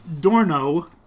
Dorno